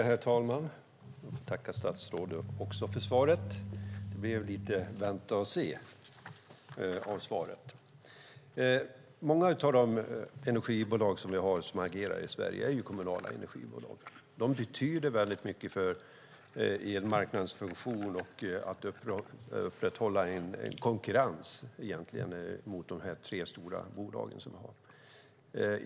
Herr talman! Jag tackar statsrådet för svaret. Det blev lite vänta-och-se av det. Många av de energibolag som agerar i Sverige är kommunala energibolag. De betyder väldigt mycket för marknadsfunktionen och för upprätthållandet av en konkurrens mot de tre stora bolag vi har.